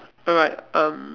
alright um